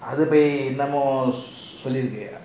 அத பொய் என்னமோ சொல்லி இருக்கு:atha poi ennamo solli iruku